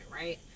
right